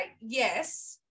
Yes